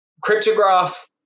Cryptograph